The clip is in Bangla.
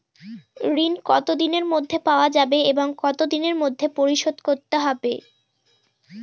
ঋণ কতদিনের মধ্যে পাওয়া যাবে এবং কত দিনের মধ্যে পরিশোধ করতে হবে?